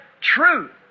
truth